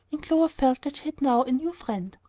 and clover felt that she had now a new friend.